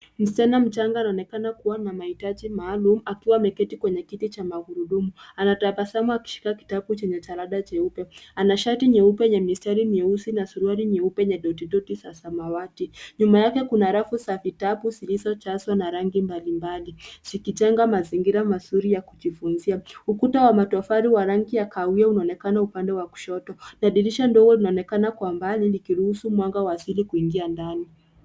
Msichana mchanga anaonekana kuwa na mahitaji maalum, akiwa ameketi kwenye kiti cha magurudumu. Anatabasamu akishika kitabu chenye karaba nyeupe. Ana shati nyeupe enye mistari nyeusi, na suruali nyeupe yenye dotidoti ya samawati. Nyuma yake kuna rafu za vitabu kilichopakwa na rangi mbalimbali ikitengwa mazingira mazuri ya kuhifadhia. Ukuta wa matofali wa rangi ya kahawia unaonekana upande wa kushoto. Kwenye dirisha ndogo unaonekana kwa mbali ikiruhusu mwanga kuingia ndani.